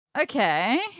Okay